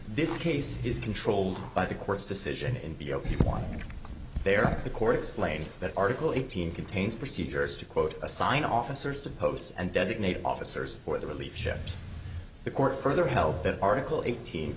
this case is controlled by the court's decision in b o p one there the court explained that article eighteen contains procedures to quote assign officers to posts and designated officers for the relief ship the court further held that article eighteen